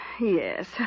yes